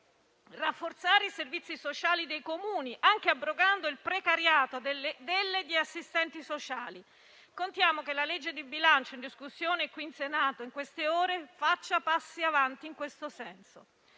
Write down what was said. rafforzare i servizi sociali dei Comuni, anche abrogando il precariato delle e degli assistenti sociali. Contiamo che la legge di bilancio in discussione qui in Senato in queste ore faccia passi avanti in questo senso: